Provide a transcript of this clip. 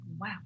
Wow